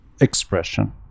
expression